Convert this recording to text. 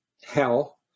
hell